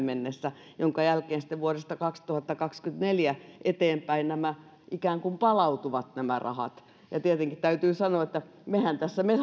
mennessä jonka jälkeen sitten vuodesta kaksituhattakaksikymmentäneljä eteenpäin nämä rahat ikään kuin palautuvat tietenkin täytyy sanoa että me